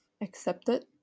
accepted